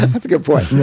and that's a good point.